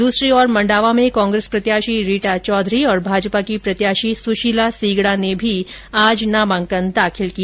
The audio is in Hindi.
दूसरी ओर मंडावा में कांग्रेस प्रत्याशी रीटा चौधरी और माजपा की प्रत्याशी सुशीला सीगडा ने भी आज नामांकन दाखिल किया